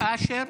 אשר?